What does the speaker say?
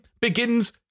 begins